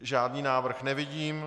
Žádný návrh nevidím.